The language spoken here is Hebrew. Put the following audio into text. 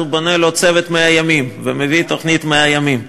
הוא בונה לו צוות 100 ימים ומביא תוכנית 100 ימים.